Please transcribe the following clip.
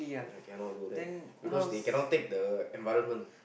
cannot go there because they cannot take the environment